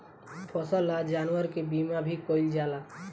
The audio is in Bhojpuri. फसल आ जानवर के बीमा भी कईल जाला